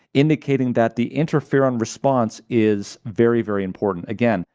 indicating that the interferon response is very, very important. again,